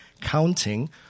counting